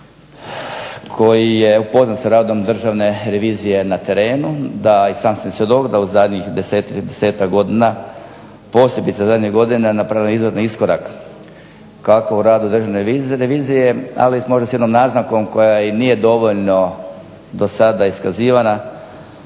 koji je upoznat sa radom Državne revizije na terenu, da i sam sam svjedok da u zadnjih desetak godina posebice zadnjih godina napravljen ... iskorak kako u radu Državne revizije ali možda s jednom naznakom koja nije dovoljno do sada iskazivana